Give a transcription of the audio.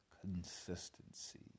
Consistency